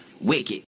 Wicked